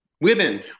women